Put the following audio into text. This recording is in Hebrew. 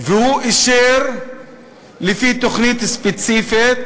ואישר לפי תוכנית ספציפית,